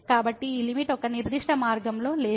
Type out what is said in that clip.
కాబట్టి ఈ లిమిట్ ఒక నిర్దిష్ట మార్గంలో లేదు